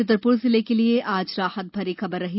छतरपुर जिले के लिये आज राहत भरी खबर रही